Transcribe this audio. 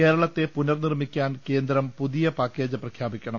കേരളത്തെ പുനർ നിർമ്മിക്കാൻ കേന്ദ്രം പുതിയ പാക്കേജ് പ്രഖ്യാപിക്കണം